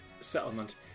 settlement